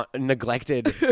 neglected